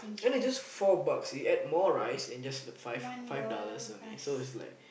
then it's just four bucks you add more rice and just five dollars only so it's like